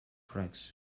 bricks